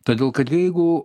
todėl kad jeigu